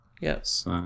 Yes